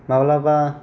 माब्लाबा